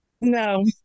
No